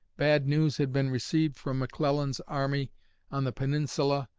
bad news had been received from mcclellan's army on the peninsula,